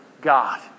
God